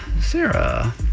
Sarah